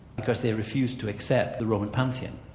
because they refused to accept the roman pantheon.